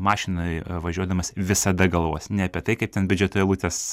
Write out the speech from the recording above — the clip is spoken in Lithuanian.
mašinoj važiuodamas visada galvos ne apie tai kaip ten biudžeto eilutes